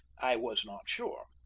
i was not sure.